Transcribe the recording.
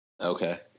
Okay